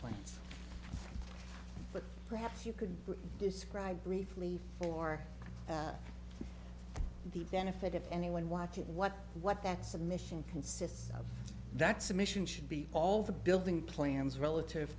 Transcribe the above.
plans but perhaps you could describe briefly for the benefit of anyone watching what what that submission consists of that submission should be all the building plans relative